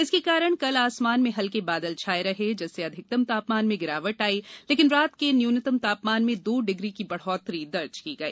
इसके कारण कल आसमान में हल्के बादल छाये रहे जिससे अधिकतम तापमान में गिरावट आई लेकिन रात के न्यूनतम तापमान में दो डिग्री की बढ़ोतरी दर्ज की गई